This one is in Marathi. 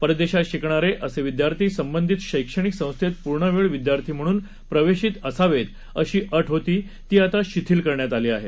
परदेशात शिकणारेअसे विद्यार्थी संबंधित शैक्षणिक संस्थेत पूर्ण वेळ विद्यार्थी म्हणून प्रवेशित असावेत अशी अट होती ती आता शिथिल केली आहे